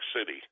city